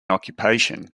occupation